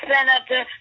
Senator